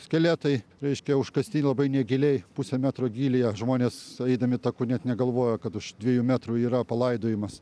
skeletai reiškia užkasti labai negiliai pusė metro gylyje žmonės eidami taku net negalvojo kad už dviejų metrų yra palaidojimas